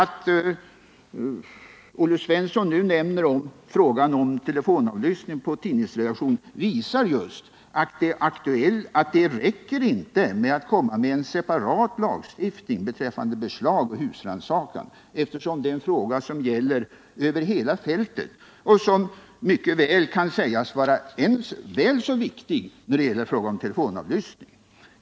Att Olle Svensson nu nämner frågan om telefonavlyssning på tidningsredaktion visar just att det inte räcker med en separat lagstiftning beträffande beslag och husrannsakan, eftersom frågan gäller över hela fältet och kan sägas vara väl så viktig när det gäller telefonavlyssning.